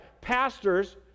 pastors